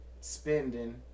spending